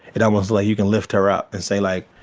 it almost like you can lift her up and say like,